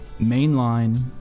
mainline